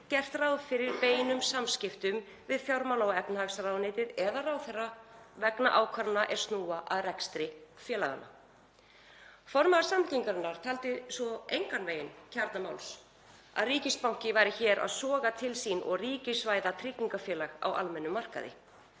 gert ráð fyrir beinum samskiptum við fjármála- og efnahagsráðuneytið eða ráðherra vegna ákvarðana er snúa að rekstri félaganna. Formaður Samfylkingarinnar taldi það svo engan veginn kjarna máls að ríkisbanki væri hér að soga til sín og ríkisvæða tryggingafélag á almennum markaði.